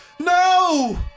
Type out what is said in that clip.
No